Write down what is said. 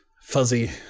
fuzzy